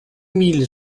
mille